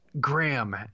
Graham